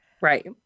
Right